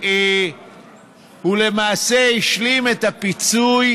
הוא למעשה השלים את הפיצוי